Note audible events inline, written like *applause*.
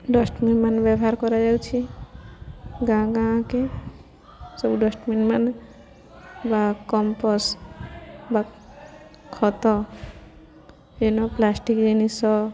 ଡ଼ଷ୍ଟବିିନ୍ମାନ ବ୍ୟବହାର କରାଯାଉଛି ଗାଁ ଗାଁକେ ସବୁ ଡ଼ଷ୍ଟବିନ୍ମାନ ବା କମ୍ପୋସ୍ ବା ଖତ *unintelligible* ପ୍ଲାଷ୍ଟିକ୍ ଜିନିଷ